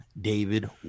David